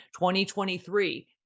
2023